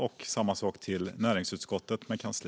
Och jag önskar samma sak till näringsutskottet med kansli.